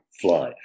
fly